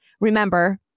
Remember